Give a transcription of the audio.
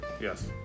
Yes